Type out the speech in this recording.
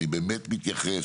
אני באמת מתייחס,